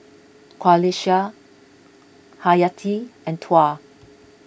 Qalisha Haryati and Tuah